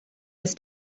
his